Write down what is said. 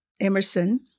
Emerson